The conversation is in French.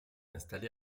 installé